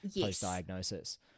post-diagnosis